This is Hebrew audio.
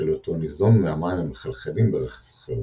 בשל היותו ניזון מהמים המחלחלים ברכס החרמון.